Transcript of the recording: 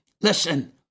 listen